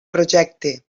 projecte